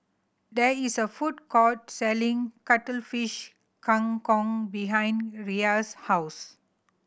there is a food court selling Cuttlefish Kang Kong behind Riya's house